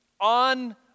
on